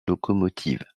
locomotives